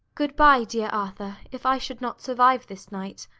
good-bye, dear arthur, if i should not survive this night.